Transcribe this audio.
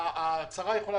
ברגע שיש לך חניון